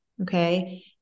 okay